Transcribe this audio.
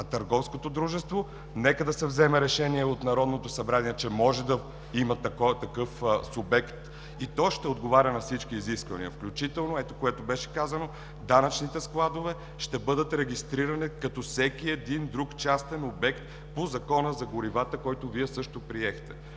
а търговското дружество – нека да се вземе решение от Народното събрание, че може да има такъв субект, и той ще отговаря на всички изисквания, включително, което беше казано: „данъчните складове ще бъдат регистрирани като всеки един друг частен обект по Закона за горивата“, който Вие също приехте.